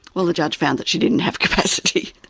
well, the judge found that she didn't have capacity,